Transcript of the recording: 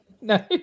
no